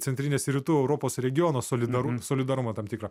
centrinės ir rytų europos regiono solidarumo solidarumą tam tikrą